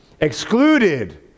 Excluded